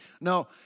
No